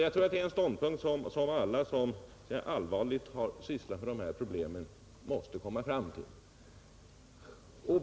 Jag tror att det är en ståndpunkt som alla som allvarligt har sysslat med dessa problem måste komma fram till.